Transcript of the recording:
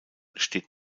steht